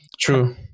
true